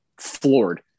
floored